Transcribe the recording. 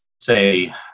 say